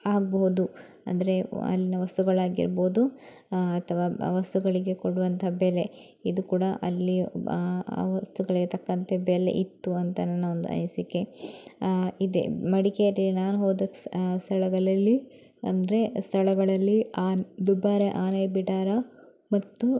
ಆಗಬಹುದು ಅಂದರೆ ಅಲ್ಲಿನ ವಸ್ತುಗಳಾಗಿರ್ಬೋದು ಅಥವಾ ವಸ್ತುಗಳಿಗೆ ಕೊಡುವಂಥ ಬೆಲೆ ಇದು ಕೂಡ ಅಲ್ಲಿ ವಸ್ತುಗಳಿಗೆ ತಕ್ಕಂತೆ ಬೆಲೆ ಇತ್ತು ಅಂತ ನನ್ನ ಒಂದು ಅನಿಸಿಕೆ ಇದೆ ಮಡಿಕೇರಿ ನಾನು ಹೋದ ಸ್ಥಳಗಳಲ್ಲಿ ಅಂದರೆ ಸ್ಥಳಗಳಲ್ಲಿ ಆನೆ ದುಬಾರೆ ಆನೆ ಬಿಡಾರ ಮತ್ತು